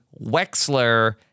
Wexler